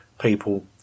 people